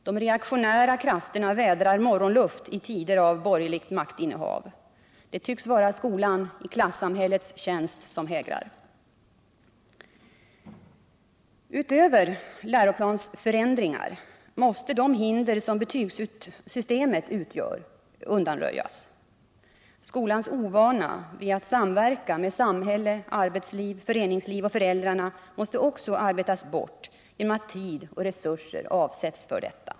De reaktionära krafterna vädrar morgonluft i tider av borgerligt maktinnehav. Det tycks vara skolan i klassamhällets tjänst som hägrar. Utöver att läroplansförändringar är nödvändiga måste det hinder som betygssystemet utgör undanröjas. Skolans ovana vid att samverka med samhälle, arbetsliv, föreningsliv och föräldrar måste också arbetas bort genom att tid och resurser avsätts för detta.